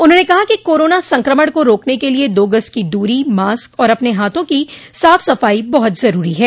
उन्होंने कहा कि कोरोना संक्रमण को रोकने के लिए दो गज की दूरी मास्क और अपने हाथों की साफ सफाई बहुत जरूरी है